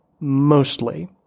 mostly